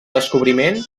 descobriment